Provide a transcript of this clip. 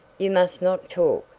you must not talk.